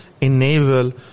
enable